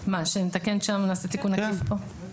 שנתקן שם ונעשה תיקון עקיף כאן?